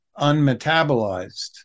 unmetabolized